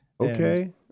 Okay